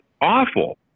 awful